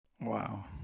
Wow